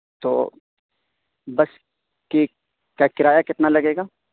تو بس کیک کا کرایہ کتنا لگے گا